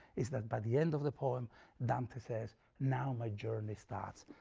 is that by the end of the poem dante says, now my journey starts,